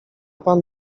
pan